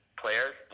players